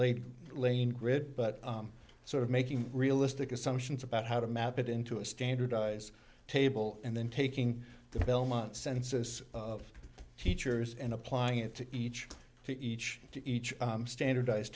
laid lane grid but sort of making realistic assumptions about how to map it into a standardized table and then taking the belmont census of teachers and applying it to each to each to each standardize